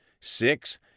Six